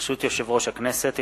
ברשות יושב-ראש הכנסת,